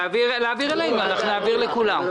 להעביר אלינו, לכולם.